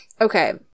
Okay